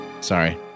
sorry